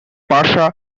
pasha